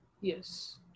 yes